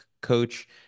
coach